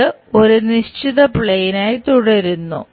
ഇത് ഒരു നിശ്ചിത പ്ലെയിനായി തുടരുന്നു